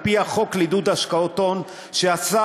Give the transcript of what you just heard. על-פי החוק לעידוד השקעות הון שעשה,